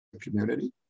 community